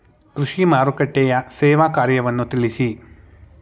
ಕೃಷಿ ಮಾರುಕಟ್ಟೆಯ ಸೇವಾ ಕಾರ್ಯವನ್ನು ತಿಳಿಸಿ?